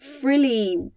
frilly